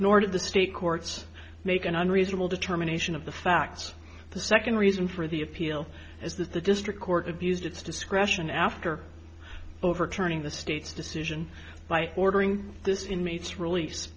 nor did the state courts make an unreasonable determination of the facts the second reason for the appeal is that the district court abused its discretion after overturning the state's decision by ordering this inmates release